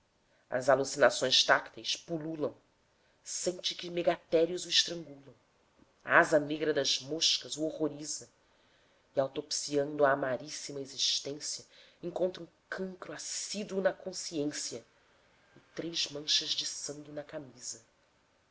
as alucinações tácteis pululam sente que megatérios o estrangulam a asa negra das moscas o horroriza e autopsiando a amaríssima existência encontra um cancro assíduo na consciência e três manchas de sangue na camisa